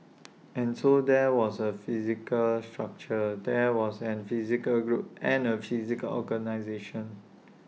and so there was A physical structure there was an physical group and A physical organisation